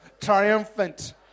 triumphant